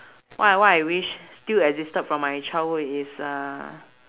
what I what I wish still existed from my childhood is uh